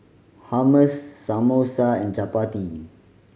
Hummus Samosa and Chapati